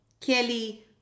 Kelly